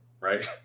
right